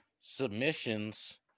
submissions